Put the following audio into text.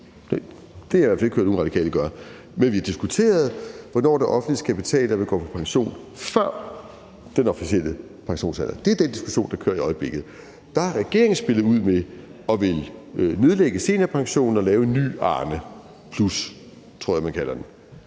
Det har jeg i hvert fald ikke hørt nogen radikale gøre. Men vi diskuterede, hvornår det offentlige skal betale for, at vi går på pension før den officielle pensionsalder. Det er den diskussion, der kører i øjeblikket. Der har regeringen spillet ud med at ville nedlægge seniorpensionen og lave en ny Arnepluspension, tror jeg man kalder den.